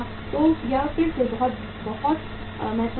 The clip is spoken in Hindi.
तो यह फिर से एक बहुत महत्वपूर्ण है